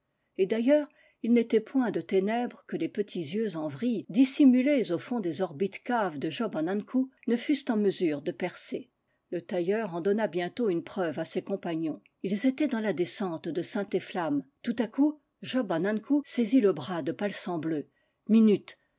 d'ailleurs il n'était point de ténèbres que les petits yeux en vrille dissimulés au fond des orbites caves de job an ankou ne fussent en mesure de percer le tail leur en donna bientôt une preuve à ses compagnons ils étaient dans la descente de saint efflam tout à coup job an ankou saisit le bras de palsambleu minute